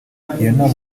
yarimo